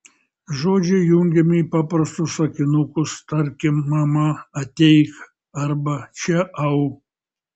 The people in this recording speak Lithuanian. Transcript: žodžiai jungiami į paprastus sakinukus tarkim mama ateik arba čia au